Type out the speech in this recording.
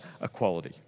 equality